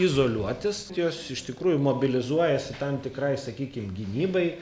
izoliuotis jos iš tikrųjų mobilizuojasi tam tikrai sakykim gynybai